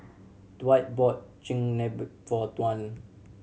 Dwight bought Chigenabe for Tuan